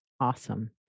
Awesome